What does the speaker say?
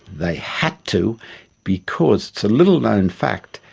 they had to because, it's a little known fact,